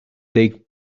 take